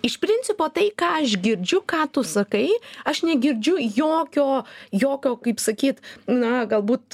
iš principo tai ką aš girdžiu ką tu sakai aš negirdžiu jokio jokio kaip sakyt na galbūt